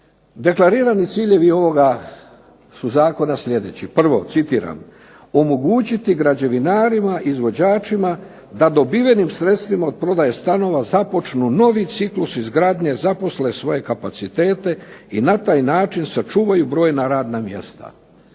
deklarirani ciljevi ovoga su zakona sljedeći: prvo, citiram: "omogućiti građevinarima, izvođačima da dobivenim sredstvima od prodaje stanova započnu novi ciklus izgradnje, zaposle svoje kapacitete i na taj način sačuvaju brojna radna mjesta."